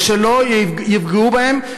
ושלא יפגעו בהם.